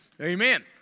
Amen